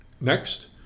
next